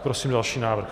Prosím další návrh.